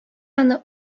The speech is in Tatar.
аны